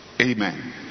Amen